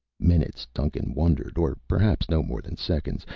minutes, duncan wondered, or perhaps no more than seconds.